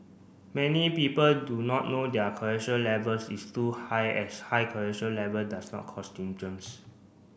many people do not know their cholesterol levels is too high as high cholesterol level does not cause symptoms